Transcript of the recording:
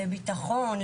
לביטחון,